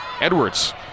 Edwards